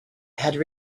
had